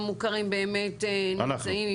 המוכרים באמת נמצאים --- אנחנו.